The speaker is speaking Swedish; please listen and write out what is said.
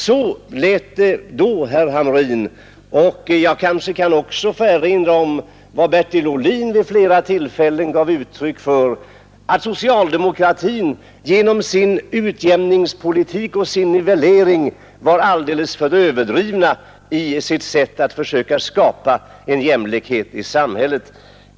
Så lät det då, herr Hamrin! Jag kanske också kan få erinra om vad Bertil Ohlin vid flera tillfällen gav uttryck för: att socialdemokraterna genom sin utjämningspolitik och sin nivellering var alldeles för överdrivna i sitt sätt att försöka skapa en jämlikhet i samhället.